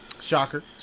Shocker